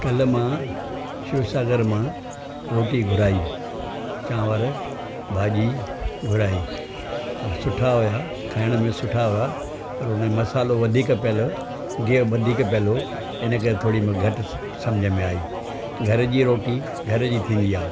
काल्हि मां शिव सागर मां रोटी घुराई चांवरु भाॼी घुराई सुठा हुआ खाइणु में सुठा हुआ पर हुन में मसालो वधीक पयल हो गीहु वधीक पयलु हो इन करे थोड़ी मूं घटि सम्झु में आई घरु जी रोटी घरु जी थींदी आहे